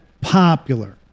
popular